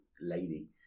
lady